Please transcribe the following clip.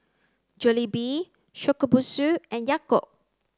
Jollibee Shokubutsu and Yakult